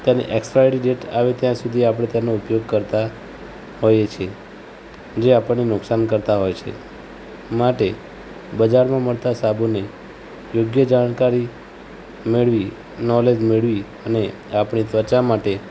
તેની expiry date આવે ત્યાં સુધી આપણે તેનો ઉપયોગ કરતા હોઈએ છીએ જે આપણને નુકસાનકર્તા હોય છે માટે બજારમાં મળતા સાબુની યોગ્ય જાણકારી મેળવી નૉલેજ મેળવી અને આપણી ત્વચા માટે